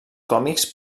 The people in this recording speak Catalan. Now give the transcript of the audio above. còmics